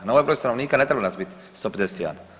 Na ovaj broj stanovnika ne treba nas biti 151.